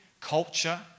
culture